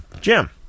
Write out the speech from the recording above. Jim